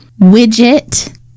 Widget